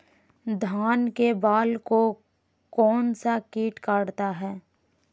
धान के बाल को कौन सा किट काटता है?